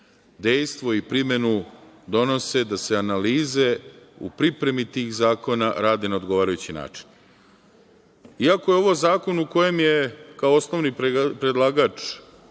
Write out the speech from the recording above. dejstvo i primenu, donose, da se analize u pripremi tih zakona rade na odgovarajući način. Iako je ovo zakon u kojem je kao osnovni predlagač